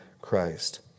Christ